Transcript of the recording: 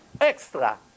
extra